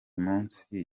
munsi